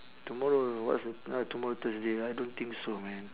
tomorrow what's the uh tomorrow thursday I don't think so man